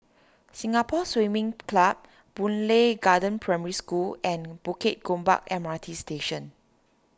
Singapore Swimming Club Boon Lay Garden Primary School and Bukit Gombak M R T Station